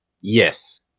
Yes